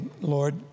Lord